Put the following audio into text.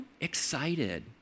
excited